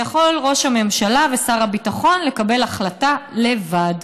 יכולים ראש הממשלה ושר הביטחון לקבל החלטה לבד.